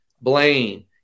blame